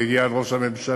זה הגיע עד ראש הממשלה